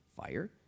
fire